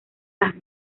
las